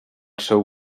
seu